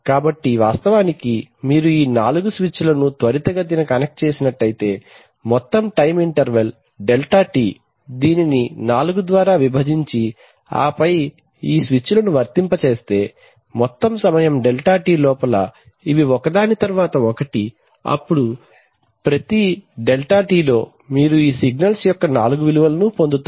కాబట్టి వాస్తవానికి మీరు ఈ నాలుగు స్విచ్లను త్వరితగతిన కనెక్ట్ చేస్తే మొత్తం టైమ్ ఇంటర్వల్ డెల్టా T దీనిని 4 ద్వారా విభజించి ఆపై ఈ స్విచ్లను వర్తింపజేస్తే మొత్తం సమయం డెల్టా T లోపల ఇవి ఒకదాని తరువాత ఒకటి అప్పుడు ప్రతి డెల్టా T లో మీరు ఈ సిగ్నల్స్ యొక్క నాలుగు విలువలను పొందుతారు